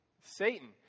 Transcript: Satan